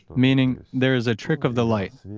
meaning, there is a trick of the light,